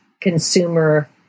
consumer